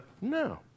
No